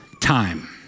time